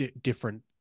different